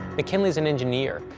mckinley's an engineer,